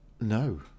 No